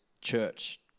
church